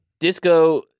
Disco